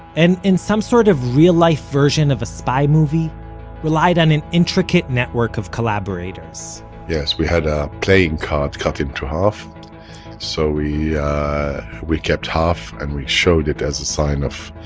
and in some sort of real-life version of a spy movie relied on an intricate network of collaborators yes. we had a playing card cut into half so we yeah we kept half and we showed it as a sign of,